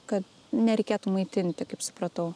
kad nereikėtų maitinti kaip supratau